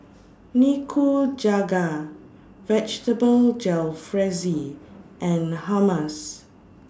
Nikujaga Vegetable Jalfrezi and Hummus